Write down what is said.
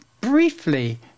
briefly